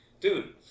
Dude